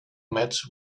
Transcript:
met